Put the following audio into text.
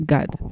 God